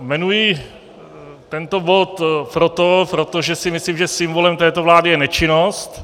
Jmenuji tento bod proto, protože si myslím, že symbolem této vlády je nečinnost.